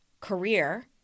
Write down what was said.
career